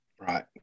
Right